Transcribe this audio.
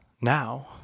now